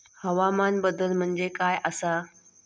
हवामान बदल म्हणजे काय आसा?